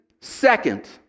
second